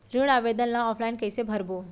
ऋण आवेदन ल ऑफलाइन कइसे भरबो?